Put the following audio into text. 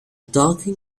darker